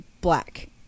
black